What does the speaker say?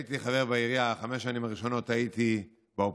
כשהייתי חבר בעירייה בחמש השנים הראשונות הייתי באופוזיציה.